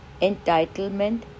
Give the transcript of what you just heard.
entitlement